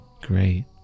great